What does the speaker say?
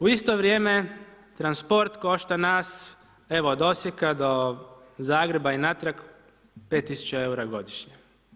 U isto vrijeme, transport košta nas evo od Osijeka do Zagreba i natrag, 5000 eura godišnje.